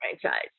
franchise